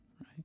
right